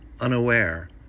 unaware